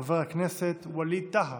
חבר הכנסת ווליד טאהא.